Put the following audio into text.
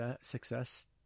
success